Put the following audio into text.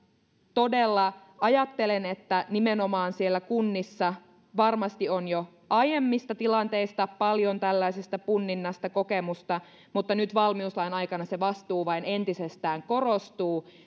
todella ajattelen että nimenomaan siellä kunnissa varmasti on jo aiemmista tilanteista paljon tällaisesta punninnasta kokemusta mutta nyt valmiuslain aikana se vastuu vain entisestään korostuu